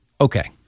Okay